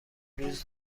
روز